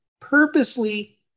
purposely